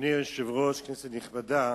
אדוני היושב-ראש, כנסת נכבדה,